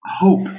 hope